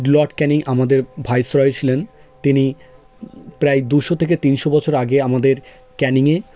Lord Canning আমাদের viceroy ছিলেন তিনি প্রায় দুশো থেকে তিনশো বছর আগে আমাদের ক্যানিংয়ে